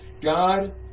god